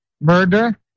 murder